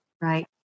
right